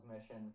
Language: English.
mission